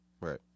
Right